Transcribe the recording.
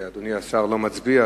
ואדוני השר לא מצביע,